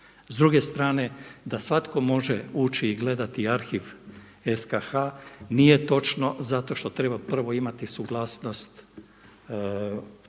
S druge strane da svatko može ući i gledati arhiv SKH nije točno zato što treba prvo imati suglasnost glavnog